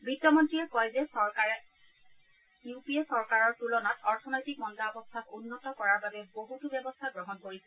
বিত্তমন্ত্ৰীয়ে কয় যে চৰকাৰে ইউ পি এ চৰকাৰৰ তুলনাত অৰ্থনৈতিক মন্দাৱস্থাক উন্নত কৰাৰ বাবে বছতো ব্যৱস্থা গ্ৰহণ কৰিছে